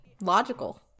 logical